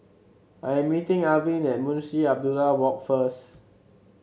I am meeting Arvid at Munshi Abdullah Walk first